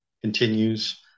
continues